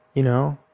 you know?